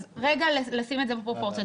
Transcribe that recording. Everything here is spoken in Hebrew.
אז רגע לשים את זה בפרופורציה.